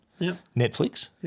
Netflix